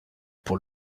pour